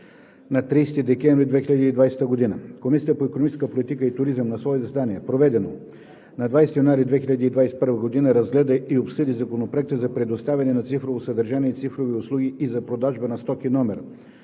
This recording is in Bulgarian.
на 30 декември 2020 г. Комисията по икономическа политика и туризъм на свое заседание, проведено на 20 януари 2021 г., разгледа и обсъди Законопроект за предоставяне на цифрово съдържание и цифрови услуги и за продажба на стоки,